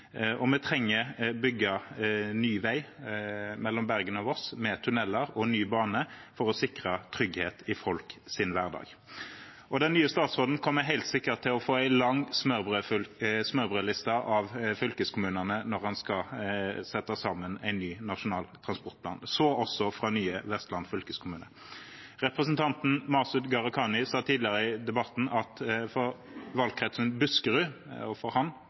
Og vi trenger å bygge ny vei mellom Bergen og Voss, med tunneler, og ny bane, for å sikre trygghet i folks hverdag. Den nye statsråden kommer helt sikkert til å få en lang smørbrødliste av fylkeskommunene når han skal sette sammen en ny nasjonal transportplan – så også fra nye Vestland fylkeskommune. Representanten Masud Gharahkhani sa tidligere i debatten at for valgkretsen Buskerud og for ham